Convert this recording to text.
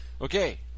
Okay